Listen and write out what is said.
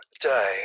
day